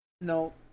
No